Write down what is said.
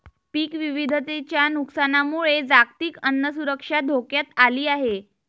पीक विविधतेच्या नुकसानामुळे जागतिक अन्न सुरक्षा धोक्यात आली आहे